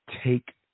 take